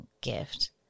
gift